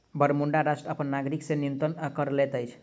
Bermuda राष्ट्र अपन नागरिक से न्यूनतम कर लैत अछि